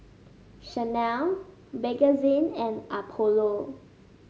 Chanel Bakerzin and Apollo